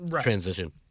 transition